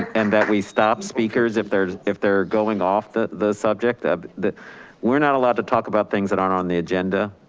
and that we stop speakers if they're if they're going off the the subject, um that we're not allowed to talk about things that aren't on the agenda.